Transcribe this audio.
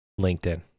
LinkedIn